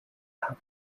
have